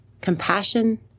compassion